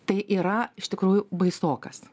tai yra iš tikrųjų baisokas